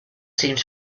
seemed